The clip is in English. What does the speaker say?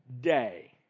day